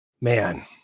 Man